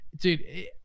Dude